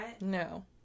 No